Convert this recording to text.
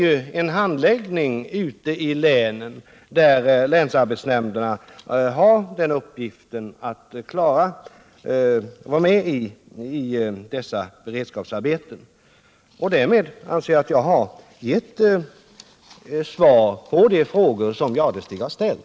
Ute i länen kommer sedan länsarbetsnämnderna att lägga ut dessa som beredskapsarbeten. Därmed anser jag att jag har svarat på de frågor som Thure Jadestig har ställt.